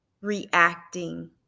reacting